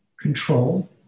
control